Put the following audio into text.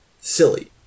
silly